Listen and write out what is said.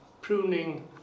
pruning